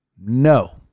no